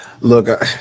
look